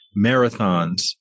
marathons